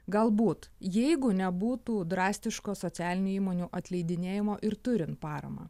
galbūt jeigu nebūtų drastiško socialinių įmonių atleidinėjimo ir turint paramą